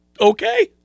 okay